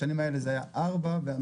בשנים האלה זה היה ארבע דירות,